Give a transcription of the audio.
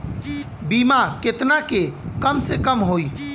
बीमा केतना के कम से कम होई?